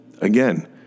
Again